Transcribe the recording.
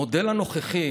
המודל הנוכחי,